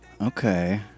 Okay